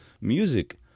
music